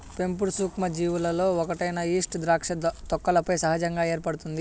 పెంపుడు సూక్ష్మజీవులలో ఒకటైన ఈస్ట్ ద్రాక్ష తొక్కలపై సహజంగా ఏర్పడుతుంది